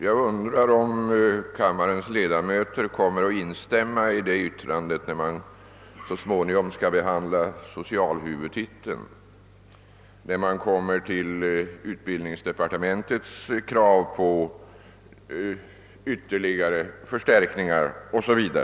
Jag undrar om kammarens ledamöter kommer att instämma i det yttrandet när socialhuvudtiteln så småningom skall behandlas, när utbildningsdepartementets krav på ytterligare förstärkningar skall diskuteras o.s. v.?